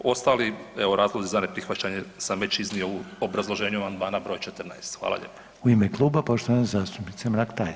Ostali evo razlozi za neprihvaćanje sam već iznio u obrazloženju amandmana broj 14.